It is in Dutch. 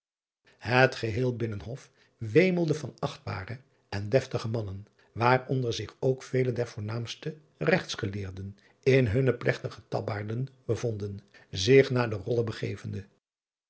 et geheel innenhof wemelde van achtbare en destige mannen waaronder zich ook vele der voornaamste regtsgeleerden in hunne plegtige tabbaarden bevonden zich naar de rolle begevende